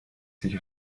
sich